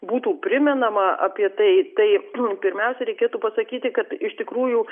būtų primenama apie tai tai pirmiausia reikėtų pasakyti kad iš tikrųjų